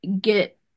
get